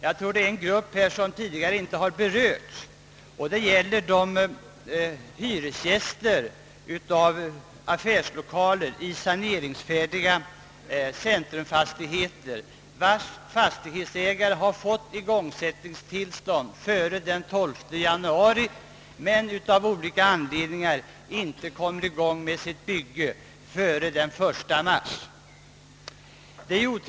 Jag tror att frågan om denna grupp inte har tagits upp tidigare. Det gäller företagare som hyr affärslokaler i saneringsfärdiga centrumfastigheter, vilkas ägare har fått igångsättningstillstånd för nybyggnad före den 12 januari men som av olika anledningar inte kommer i gång med sitt bygge före den 1 mars.